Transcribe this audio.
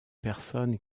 personnes